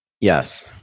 Yes